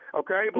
okay